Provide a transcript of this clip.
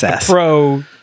pro